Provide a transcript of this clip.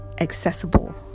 accessible